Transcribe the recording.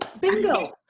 Bingo